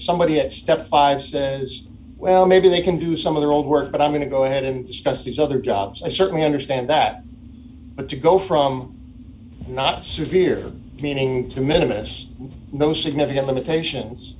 somebody had stepped aside said well maybe they can do some of their old work but i'm going to go ahead and stress these other jobs i certainly understand that but to go from not severe meaning to minimalists no significant limitations